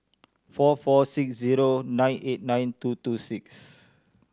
four four six zero nine eight nine two two six